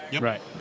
right